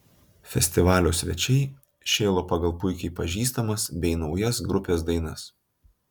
festivalio svečiai šėlo pagal puikiai pažįstamas bei naujas grupės dainas